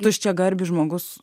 tuščiagarbis žmogus